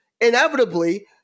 inevitably